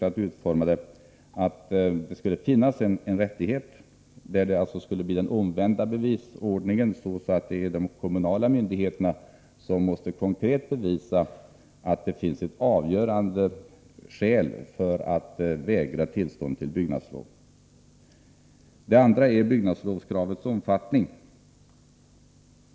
Vi vill att bevisbördan skall bli den omvända, så att de kommunala myndigheterna konkret måste bevisa att det finns avgörande skäl för att vägra byggnadslov. Den andra frågan gäller byggnadslovskravets omfattning.